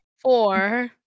Four